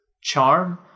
charm